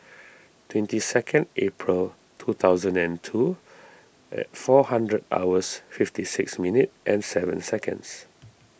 twentieth April two thousand and two and four hundred hours fifty six minutes and seven seconds